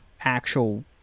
actual